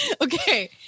okay